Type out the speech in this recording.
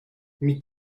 mit